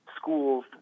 schools